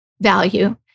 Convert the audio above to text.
value